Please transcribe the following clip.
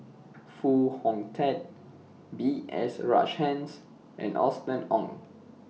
Foo Hong Tatt B S Rajhans and Austen Ong